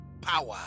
power